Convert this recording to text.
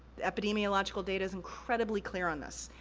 epidemiological data is incredibly clear on this.